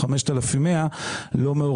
גבולות.